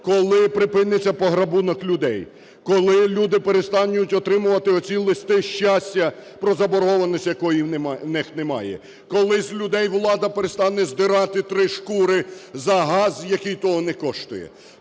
коли припиниться пограбунок людей, коли люди перестануть отримувати оці "листи щастя" про заборгованість, якої в них немає, коли з людей влада перестане здирати три шкури за газ, який того не коштує?